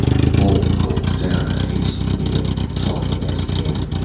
the pole gulped down a hasty meal, talking as he ate.